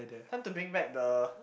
time to bring back the